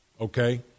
okay